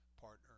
partner